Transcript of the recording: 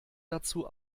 dazu